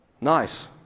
Nice